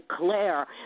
declare